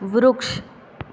વૃક્ષ